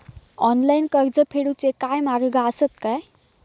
Online कर्ज फेडूचे काय मार्ग आसत काय?